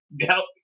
Help